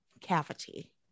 cavity